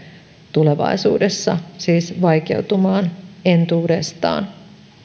tulevaisuudessa siis vaikeutumaan entuudestaan